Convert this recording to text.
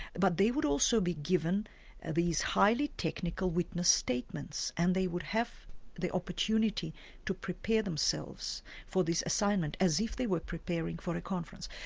but they would also be given and these highly technical witness statements, and they would have the opportunity to prepare themselves for this assignment, as if they were preparing for a conference.